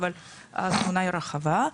אבל התמונה היא רחבה.